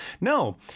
No